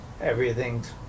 everything's